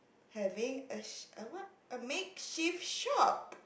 having a sh~ what a make shift shop